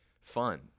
fun